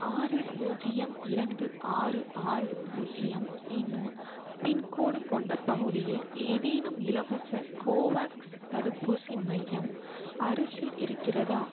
ஆறு பூஜ்ஜியம் இரண்டு ஆறு ஆறு பூஜ்ஜியம் என்னும் பின்கோடு கொண்ட பகுதியில் ஏதேனும் இலவச கோவாக்ஸ் தடுப்பூசி மையம் அருகில் இருக்கிறதா